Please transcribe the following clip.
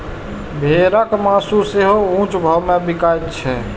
भेड़क मासु सेहो ऊंच भाव मे बिकाइत छै